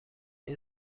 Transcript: این